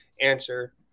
answer